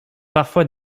parfois